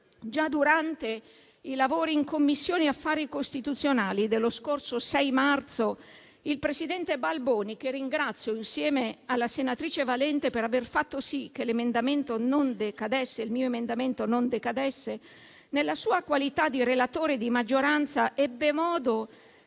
Già durante i lavori in Commissione affari costituzionali dello scorso 6 marzo, il presidente Balboni - lo ringrazio, insieme alla senatrice Valente, per aver fatto sì che il mio emendamento non decadesse - nella sua qualità di relatore di maggioranza ebbe modo